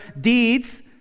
deeds